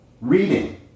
reading